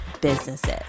businesses